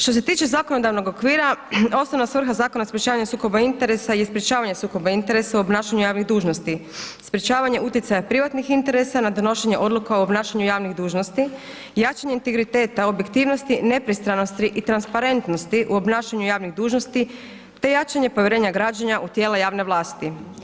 Što se tiče zakonodavnog okvira, osnovna svrha Zakona o sprječavanju sukoba interesa je sprječavanje sukoba interesa u obnašanju javnih dužnosti, sprječavanje utjecaja privatnih interesa na donošenje odluka o obnašanju javnih dužnosti, jačanje integriteta objektivnosti, nepristranosti i transparentnosti u obnašanju javnih dužnosti, te jačanje povjerenja građana u tijela javne vlasti.